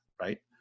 right